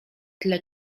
tyle